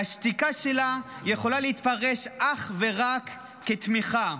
והשתיקה שלה יכולה להתפרש אך ורק כתמיכה.